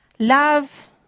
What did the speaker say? Love